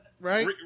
Right